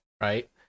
right